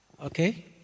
Okay